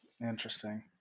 Interesting